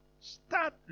Start